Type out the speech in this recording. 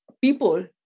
people